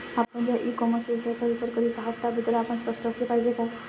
आपण ज्या e commerce व्यवसायाचा विचार करीत आहात त्याबद्दल आपण स्पष्ट असले पाहिजे का?